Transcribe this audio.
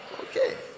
Okay